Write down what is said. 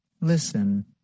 Listen